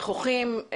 נכוחים,